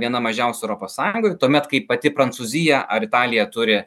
viena mažiausių europos sąjungoj tuomet kai pati prancūzija ar italija turi